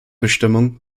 bestimmungen